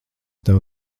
tev